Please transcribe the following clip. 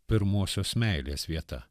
pirmosios meilės vieta